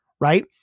right